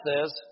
says